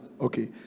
okay